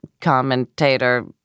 commentator